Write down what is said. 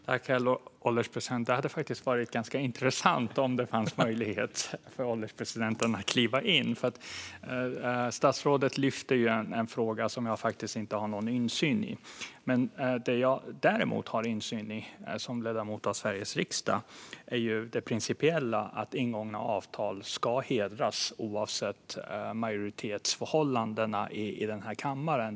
Herr ålderspresident! Det hade faktiskt varit intressant om det hade funnits möjlighet för ålderspresidenten att kliva in, för statsrådet tar ju upp en fråga som jag inte har någon insyn i. Det jag däremot har insyn i som ledamot av Sveriges riksdag är principen att ingångna avtal ska hedras oavsett majoritetsförhållande i kammaren.